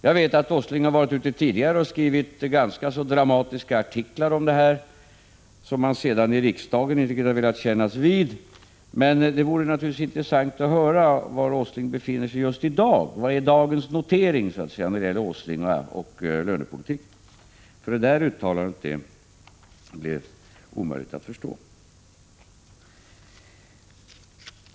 Jag vet att Nils Åsling tidigare har skrivit ganska dramatiska artiklar om detta, som han sedan i riksdagen inte har velat kännas vid. Men det vore intressant att höra var Nils Åsling befinner sig just i dag. Vad är så att säga dagens notering beträffande Åsling och lönepolitiken? Hans uttalande är nämligen omöjligt att förstå.